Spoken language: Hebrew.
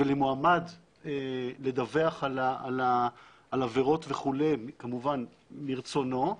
ולמועמד לדווח על עבירות וכו', כמובן מרצונו,